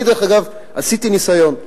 אני, דרך אגב, עשיתי ניסיון.